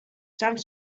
some